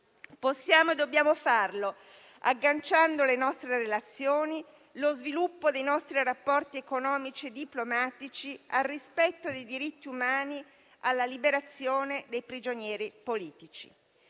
Possiamo e dobbiamo farlo, agganciando le nostre relazioni e lo sviluppo dei nostri rapporti economici e diplomatici al rispetto dei diritti umani e alla liberazione dei prigionieri politici.